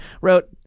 wrote